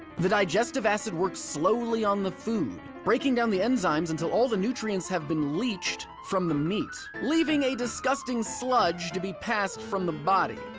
the digestive acid works slowly on the food, breaking down the enzymes until all the nutrients have been leached from the meat. leaving a disgusting sludge to be passed from the body.